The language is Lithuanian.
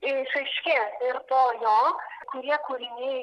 išaiškės ir po jo kurie kūriniai